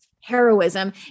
heroism